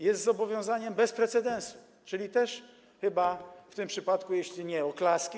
jest zobowiązaniem bez precedensu, czyli chyba też w tym przypadku, jeśli nie oklaski.